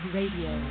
Radio